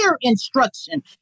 instruction